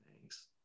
Thanks